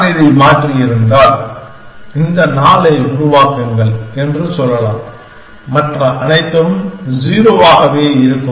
நான் இதை மாற்றியிருந்தால் இந்த 4 ஐ உருவாக்குங்கள் என்று சொல்லலாம் மற்ற அனைத்தும் 0 ஆகவே இருக்கும்